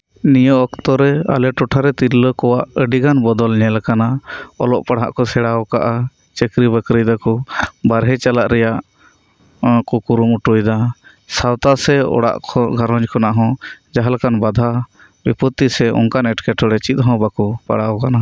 ᱱᱤᱭᱟᱹ ᱚᱠᱛᱚᱨᱮ ᱟᱞᱮ ᱴᱚᱴᱷᱟᱨᱮ ᱛᱤᱨᱞᱟᱹ ᱠᱚᱣᱟᱜ ᱟᱹᱰᱤ ᱜᱟᱱ ᱵᱚᱫᱚᱞ ᱧᱮᱞ ᱟᱠᱟᱱᱟ ᱚᱞᱚᱜ ᱯᱟᱲᱦᱟᱜ ᱠᱚ ᱥᱮᱬᱟ ᱠᱟᱫᱟ ᱪᱟᱹᱠᱨᱤ ᱵᱟᱹᱠᱨᱤ ᱮᱫᱟᱠᱚ ᱵᱟᱦᱨᱮ ᱪᱟᱞᱟᱜ ᱨᱮᱱᱟᱜ ᱠᱚ ᱠᱩᱨᱩᱢᱩᱴᱩ ᱮᱫᱟ ᱥᱟᱶᱛᱟ ᱥᱮ ᱚᱲᱟᱜ ᱜᱷᱟᱸᱨᱚᱧᱡᱽ ᱠᱷᱚᱱᱟᱜ ᱦᱚᱸ ᱡᱟᱦᱟ ᱞᱮᱠᱟᱱ ᱵᱟᱫᱷᱟ ᱵᱤᱯᱚᱛᱛᱤ ᱥᱮ ᱚᱱᱠᱟᱱ ᱮᱸᱴᱠᱮ ᱴᱚᱬᱮ ᱪᱮᱫ ᱜᱮ ᱵᱟᱠᱚ ᱯᱟᱲᱟᱣ ᱟᱠᱟᱱᱟ